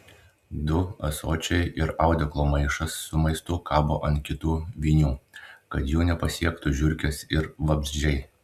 du ąsočiai ir audeklo maišas su maistu kabo ant kitų vinių kad jų nepasiektų žiurkės ir vabzdžiai